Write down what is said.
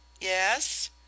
Yes